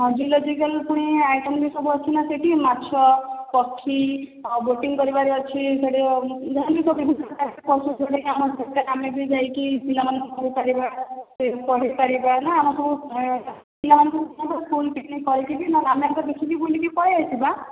ହଁ ଜୁଲୋଜିକାଲ୍ ପୁଣି ଆକ୍ୱାରିୟମ୍ ବି ଅଛି ନା ସେଇଠି ମାଛ ପକ୍ଷୀ ଆଉ ବୋଟିଂ କରିବାର ଅଛି ସେଇଠି ଯାହାହେଲେ ବି ଯାଇକି ପଶୁମାନଙ୍କୁ ଦେଖିବା ପାଇଁ ଆଣନ୍ତେ ଆମେ ଯାଇକି ପିଲାମାନଙ୍କୁ ପଢେ଼ଇ ପାରିବା ନା ଆମକୁ ପିଲାମାନଙ୍କୁ ସବୁ ସ୍କୁଲ୍ ପିକନିକ୍ କରେଇକି ବି ଆମେ ଆଗ ଦେଖିକି ବୁଲିକି ପଳେଇ ଆସିବା